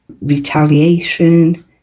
retaliation